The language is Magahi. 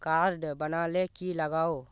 कार्ड बना ले की लगाव?